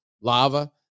lava